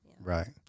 right